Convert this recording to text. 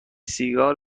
سیگار